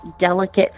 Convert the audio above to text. delicate